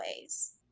ways